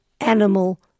animal